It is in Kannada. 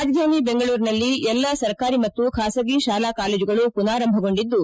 ರಾಜಧಾನಿ ಬೆಂಗಳೂರಿನಲ್ಲಿ ಎಲ್ಲಾ ಸರ್ಕಾರಿ ಮತ್ತು ಖಾಸಗಿ ಶಾಲಾ ಕಾಲೇಜುಗಳು ಮನಾರಂಭಗೊಂಡಿದ್ದು